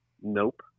nope